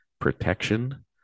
protection